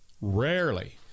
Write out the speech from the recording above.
rarely